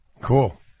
Cool